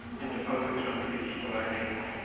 into other countries' elections.